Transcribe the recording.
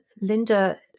Linda